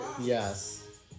Yes